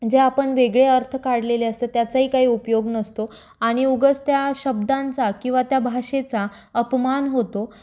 जे आपण वेगळे अर्थ काढलेले असतात त्याचाही काही उपयोग नसतो आणि उगाच त्या शब्दांचा किंवा त्या भाषेचा अपमान होतो